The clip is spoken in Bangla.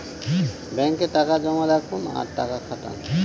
ব্যাঙ্কে টাকা জমা রাখুন আর টাকা খাটান